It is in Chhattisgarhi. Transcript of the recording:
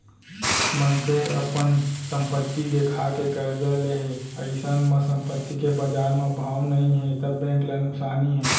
मनसे अपन संपत्ति देखा के करजा ले हे अइसन म संपत्ति के बजार म भाव नइ हे त बेंक ल नुकसानी हे